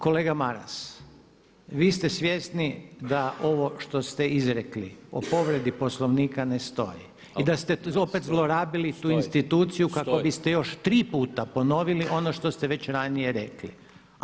Kolega Maras, vi ste svjesni da ovo što ste izrekli o povredi Poslovnika ne stoji i da ste opet zlorabili [[Upadica Maras: Stoji, stoji.]] tu instituciju kako biste još tri puta ponovili ono što ste već ranije rekli.